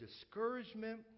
discouragement